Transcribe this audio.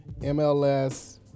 MLS